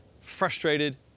frustrated